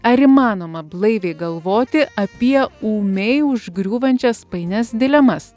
ar įmanoma blaiviai galvoti apie ūmiai užgriūvančias painias dilemas